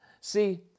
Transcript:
See